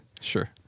Sure